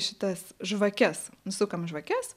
šitas žvakes sukam žvakes